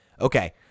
Okay